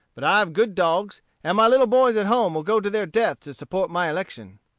but i've good dogs, and my little boys at home will go to their death to support my election.